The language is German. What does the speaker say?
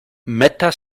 meta